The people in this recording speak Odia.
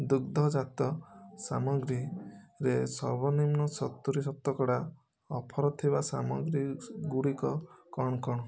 ଦୁଗ୍ଧ ଜାତ ସାମଗ୍ରୀ ରେ ସର୍ବନିମ୍ନ ସତୁରି ଶତକଡ଼ା ଅଫର୍ ଥିବା ସାମଗ୍ରୀ ଗୁଡ଼ିକ କ'ଣ କ'ଣ